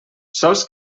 sols